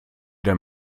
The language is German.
der